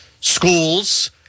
schools